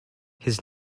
his